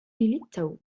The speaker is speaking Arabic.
للتو